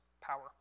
power